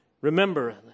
Remember